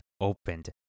opened